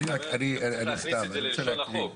צריך להכניס את זה ללשון החוק.